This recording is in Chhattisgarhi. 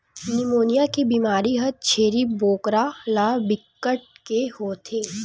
निमोनिया के बेमारी ह छेरी बोकरा ल बिकट के होथे